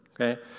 okay